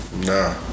nah